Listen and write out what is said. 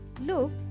look